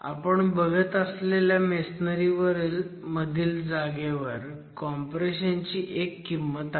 आपण बघत असलेल्या मेसनरी मधील जागेवर कॉम्प्रेशन ची एक किंमत आहे